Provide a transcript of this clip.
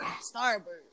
starboard